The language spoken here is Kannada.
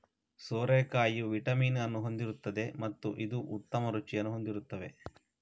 ಸೋರೆಕಾಯಿಯು ವಿಟಮಿನ್ ಅನ್ನು ಹೊಂದಿರುತ್ತದೆ ಮತ್ತು ಇದು ಉತ್ತಮ ರುಚಿಯನ್ನು ಹೊಂದಿರುತ್ತದೆ